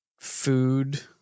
Food